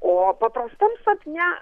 o paprastam sapne